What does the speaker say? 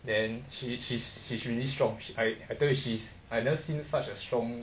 then she she's she's really strong I I tell you she's I never seen such a strong